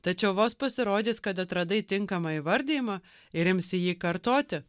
tačiau vos pasirodys kad atradai tinkamą įvardijimą ir imsi jį kartoti